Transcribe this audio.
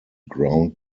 ground